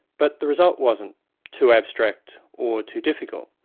but the result wasn't too abstract or too difficult.